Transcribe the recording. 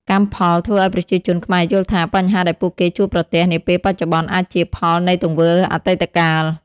កម្មផល ធ្វើឱ្យប្រជាជនខ្មែរយល់ថា បញ្ហាដែលពួកគេជួបប្រទះនាពេលបច្ចុប្បន្នអាចជាផលនៃទង្វើអតីតកាល។